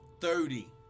Thirty